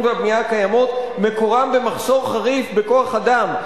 והבנייה הקיימות מקורם במחסור חריף בכוח-אדם.